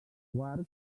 quarks